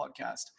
podcast